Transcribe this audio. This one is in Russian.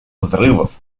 взрывов